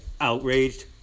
outraged